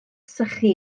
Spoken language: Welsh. sychu